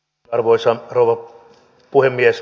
arvoisa rouva puhemies